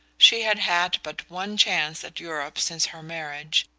she had had but one chance at europe since her marriage,